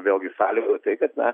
vėlgi sąlygoja tai kad na